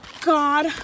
god